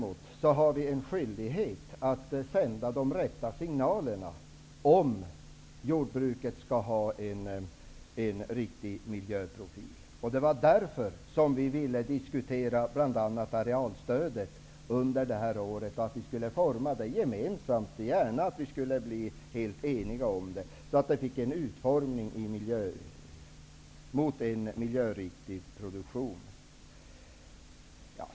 Vi har däremot en skyldighet att sända de rätta signalerna så att jordbruket skall få en riktig miljöprofil. Det var därför som vi socialdemokrater ville diskutera bl.a. arealstödet under detta år. Vi borde göra detta gemensamt, och gärna bli helt eniga om det, så att stödet får en utformning som gör att utvecklingen går mot en miljöriktig produktion.